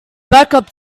backup